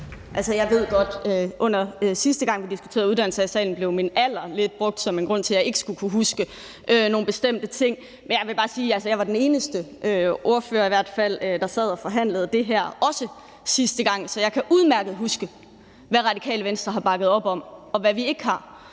jeg ved godt, at sidste gang vi diskuterede uddannelser i salen, blev min alder lidt brugt som en grund til, at jeg ikke skulle kunne huske nogle bestemte ting. Men jeg vil bare sige, at jeg var den eneste ordfører i hvert fald, der sad og forhandlede det her sidste gang også, så jeg kan udmærket huske, hvad Radikale Venstre har bakket op om, og hvad vi ikke har,